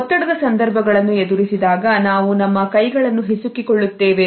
ಒತ್ತಡದ ಸಂದರ್ಭಗಳನ್ನು ಎದುರಿಸಿದಾಗ ನಾವು ನಮ್ಮ ಕೈಗಳನ್ನು ಹಿಸುಕಿ ಕೊಳ್ಳುತ್ತೇವೆ